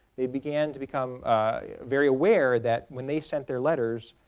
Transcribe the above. they began to become very aware that when they sent their letters,